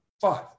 five